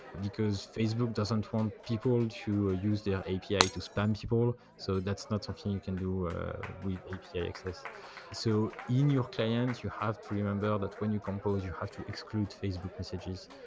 because facebook doesn't want people to ah use their api to spam people. so that's not something you can do with api access so in your clients, you have to remember that when you compose, you have to exclude facebook messages.